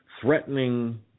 threatening